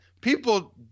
people